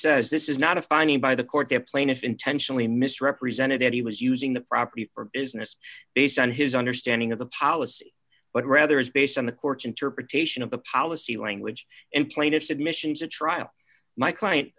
says this is not a finding by the court the plaintiff intentionally misrepresented as he was using the property or business based on his understanding of the policy but rather is based on the court's interpretation of the policy language in plaintiff's admissions a trial my client